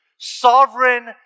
Sovereign